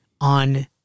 on